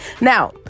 Now